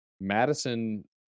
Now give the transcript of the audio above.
Madison